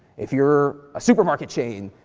if you're a supermarket chain,